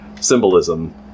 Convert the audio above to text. symbolism